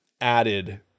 added